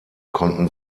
konnten